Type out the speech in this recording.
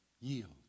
yield